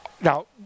Now